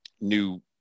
new